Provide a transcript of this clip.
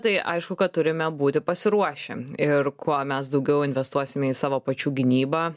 tai aišku kad turime būti pasiruošę ir kuo mes daugiau investuosime į savo pačių gynybą